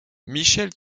michel